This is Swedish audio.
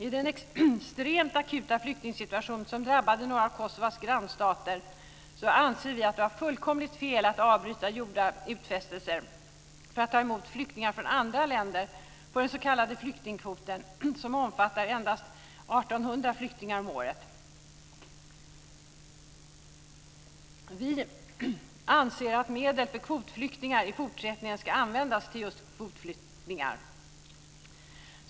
I den extremt akuta flyktingsituation som drabbade några av Kosovos grannstater anser vi att det var fullkomligt fel att avbryta gjorda utfästelser om att ta emot flyktingar från andra länder på den s.k. flyktingkvoten, som omfattar endast 1 800 flyktingar om året. Vi anser att medel för kvotflyktingar i fortsättningen ska användas till just kvotflyktingar.